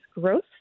growth